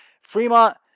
Fremont